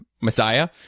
Messiah